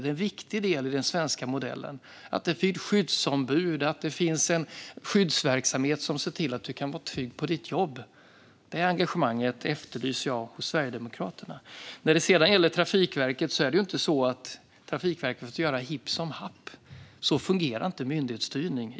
Det är en viktig del i den svenska modellen att det finns skyddsombud och en skyddsverksamhet som ser till att du kan vara trygg på ditt jobb. Det engagemanget efterlyser jag hos Sverigedemokraterna. När det sedan gäller Trafikverket är det inte så att Trafikverket får göra hipp som happ. Så fungerar inte myndighetsstyrning.